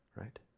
Right